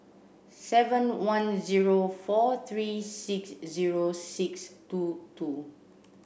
seven one zero four three six zero six two two